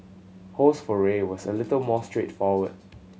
ho's foray was a little more straightforward